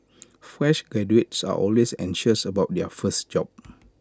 fresh graduates are always anxious about their first job